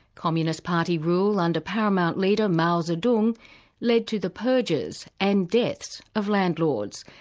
communist party rule under paramount leader, mao zedong led to the purges, and deaths, of landlords,